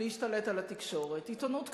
להשתלט על התקשורת: עיתונות כתובה,